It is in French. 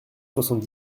soixante